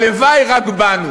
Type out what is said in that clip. הלוואי רק בנו,